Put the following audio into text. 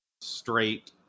straight